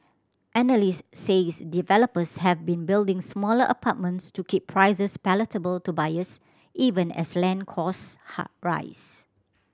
analysts says developers have been building smaller apartments to keep prices palatable to buyers even as land costs rise